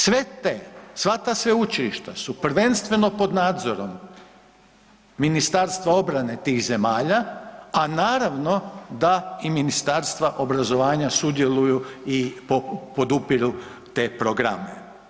Sva ta sveučilišta su prvenstveno pod nadzorom Ministarstva obrane tih zemalja, a naravno da i ministarstva obrazovanja sudjeluju i podupiru te programe.